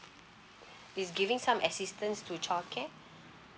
is giving some assistance to childcare